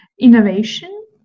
Innovation